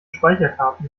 speicherkarten